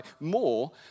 more